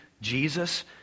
Jesus